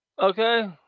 Okay